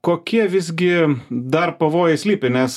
kokie visgi dar pavojai slypi nes